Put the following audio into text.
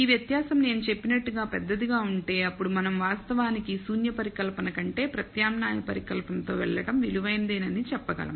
ఈ వ్యత్యాసం నేను చెప్పినట్లుగా పెద్దదిగా ఉంటే అప్పుడు మనం వాస్తవానికి శూన్య పరికల్పన కంటే ప్రత్యామ్నాయ పరికల్పనతో వెళ్లడం విలువైనదేనని చెప్పగలం